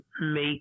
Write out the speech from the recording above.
make